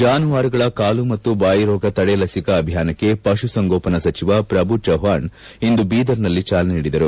ಜಾನುವಾರುಗಳ ಕಾಲು ಮತ್ತು ಬಾಯಿರೋಗ ತಡೆ ಲಸಿಕಾ ಅಭಿಯಾನಕ್ಕೆ ಪಶು ಸಂಗೋಪನಾ ಸಚಿವ ಪ್ರಭು ಚವ್ವಾಣ್ ಇಂದು ಬೀದರ್ನಲ್ಲಿ ಚಾಲನೆ ನೀಡಿದರು